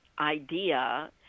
idea